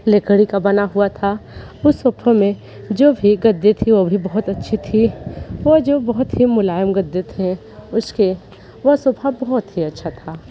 लकड़ी का बना हुआ था उस सोफ़े में जो भी गद्दे थे वह भी बहुत अच्छी थी वह जो बहुत ही मुलायम गद्दे थे उसके वह सोफ़ा बहुत ही अच्छा था